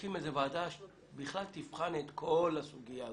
להקים איזו ועדה שבכלל תבחן את כל הסוגיה הזו,